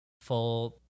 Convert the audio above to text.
full